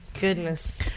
Goodness